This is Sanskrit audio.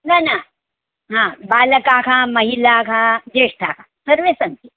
न न हा बालकाः महिलाः ज्येष्ठाः सर्वे सन्ति